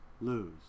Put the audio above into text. lose